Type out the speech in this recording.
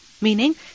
Meaning